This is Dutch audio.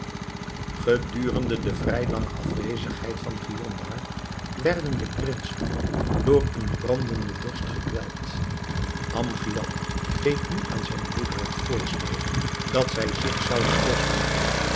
gedurende de vrij lange afwezigheid van giondar werden de prinsen door een brandenden dorst gekweld amgiad deed nu aan zijn broeder het voorstel dat zij zich zouden losbinden